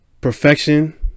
Perfection